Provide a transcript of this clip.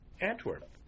Antwerp